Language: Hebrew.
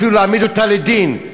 אפילו להעמיד אותה לדין,